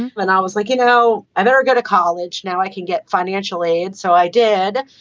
and i was like, you know, i better go to college now. i can get financial aid. so i did.